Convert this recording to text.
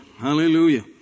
Hallelujah